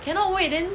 cannot wait then